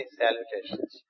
salutations